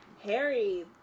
Harry